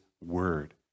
word